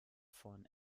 von